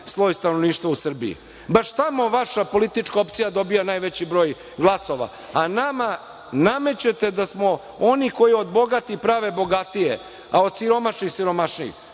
sloj stanovništva u Srbiji. Baš tamo vaša politička opcija dobija najveći broj glasova, a nama namećete da smo oni koji od bogatih prave bogatije, a od siromašnih siromašnije.